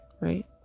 right